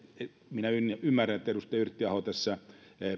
minä ymmärrän että edustaja yrttiaho